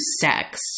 sex